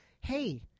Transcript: Hey